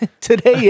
Today